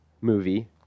movie